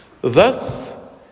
Thus